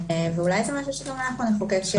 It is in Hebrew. אולי זה משהו שגם אנחנו נחוקק.